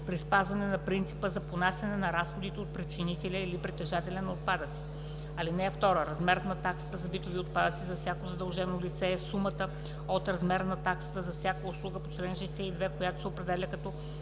при спазване на принципа за понасяне на разходите от причинителя или притежателя на отпадъците. (2) Размерът на таксата за битови отпадъци за всяко задължено лице е сумата от размера на таксата за всяка услуга по чл. 62, която се определя като